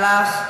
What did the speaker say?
הלך.